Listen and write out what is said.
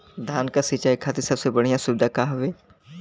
धान क सिंचाई खातिर सबसे बढ़ियां सुविधा का हवे?